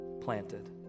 planted